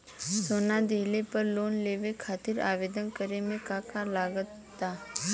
सोना दिहले पर लोन लेवे खातिर आवेदन करे म का का लगा तऽ?